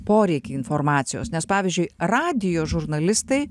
poreikį informacijos nes pavyzdžiui radijo žurnalistai